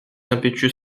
impétueux